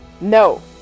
No